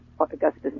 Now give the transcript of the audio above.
Augustus